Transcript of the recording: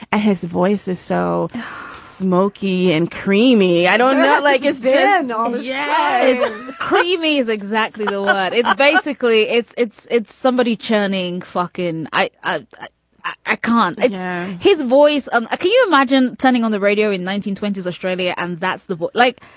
his voice is so smoky and creamy i don't not like. is there? yeah no, yeah it's creamy is exactly the lot. it's basically it's it's it's somebody churning fuckin i ah i can't ignore yeah his voice. um can you imagine turning on the radio in nineteen twenty s australia and that's the like.